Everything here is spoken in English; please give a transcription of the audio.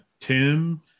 Tim